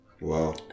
Wow